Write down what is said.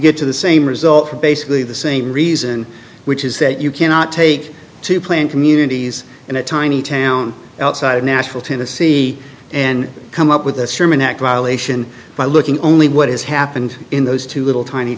get to the same result for basically the same reason which is that you cannot take two plain communities in a tiny town outside of nashville tennessee and come up with a sermon that violation by looking only what has happened in those two little tiny